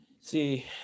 See